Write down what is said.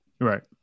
Right